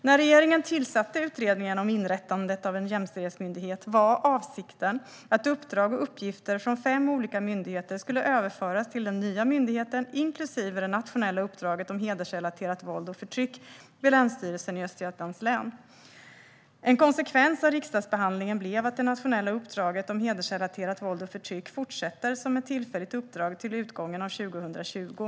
När regeringen tillsatte Utredningen om inrättandet av en jämställdhetsmyndighet var avsikten att uppdrag och uppgifter från fem olika myndigheter skulle överföras till den nya myndigheten, inklusive det nationella uppdraget om hedersrelaterat våld och förtryck vid Länsstyrelsen i Östergötlands län. En konsekvens av riksdagsbehandlingen blev att det nationella uppdraget om hedersrelaterat våld och förtryck fortsätter som ett tillfälligt uppdrag till utgången av 2020.